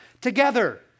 together